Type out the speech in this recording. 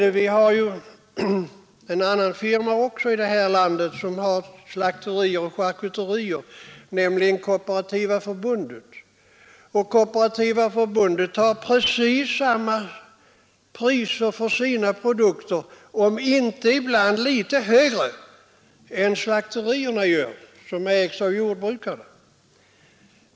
Det finns också ett annat företag här i landet som har charkuterier och slakterier, nämligen Kooperativa förbundet. De tar precis samma priser på sina produkter, om inte ibland litet högre än de slakterier gör som ägs av jordbrukarna.